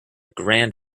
grand